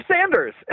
Sanders